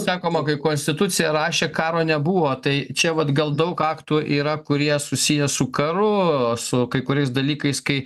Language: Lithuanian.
sakoma kai konstituciją rašė karo nebuvo tai čia vat gal daug aktų yra kurie susiję su karu su kai kuriais dalykais kai